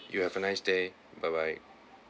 you have a nice day bye bye